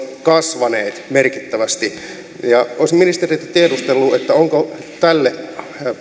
kasvaneet merkittävästi niin olisin vastuunalaiselta ministeriltä tiedustellut onko tälle